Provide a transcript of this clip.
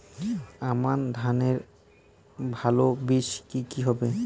আমান ধানের ভালো বীজ কি কি হবে?